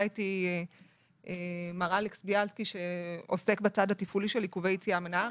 איתי מר אלכס ביאלסקי שעוסק בצד התפעולי של עיכובי יציאה מהארץ.